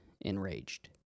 enraged